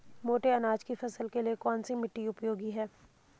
मोटे अनाज की फसल के लिए कौन सी मिट्टी उपयोगी है?